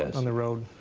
on the road?